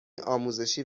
آموزشی